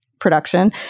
Production